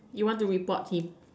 you want to report him